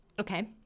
Okay